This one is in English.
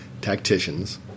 tacticians